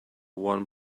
one